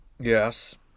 Yes